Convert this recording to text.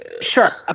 Sure